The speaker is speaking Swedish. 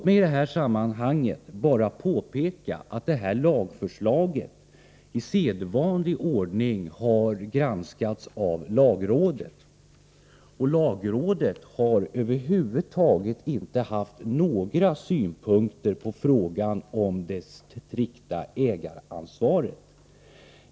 I detta sammanhang vill jag bara påpeka att lagförslaget i sedvanlig ordning har granskats av lagrådet, och lagrådet har över huvud taget inte haft några synpunkter på frågan om det strikta ägaransvaret.